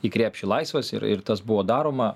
į krepšį laisvas ir ir tas buvo daroma